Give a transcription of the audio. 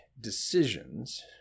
decisions